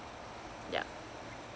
yeah